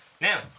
Now